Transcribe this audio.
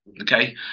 okay